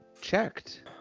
checked